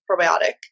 probiotic